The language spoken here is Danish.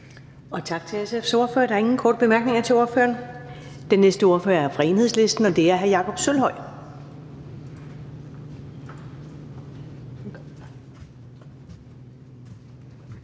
Tak til SF's ordfører. Der er ingen korte bemærkninger til ordføreren. Den næste ordfører er fra Enhedslisten, og det er hr. Jakob Sølvhøj.